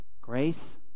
Grace